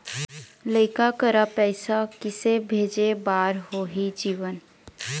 लइका करा पैसा किसे भेजे बार होही जीवन